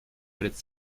пред